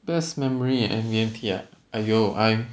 best memory in B_M_T ah !aiyo! I